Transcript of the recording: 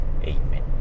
Amen